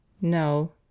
No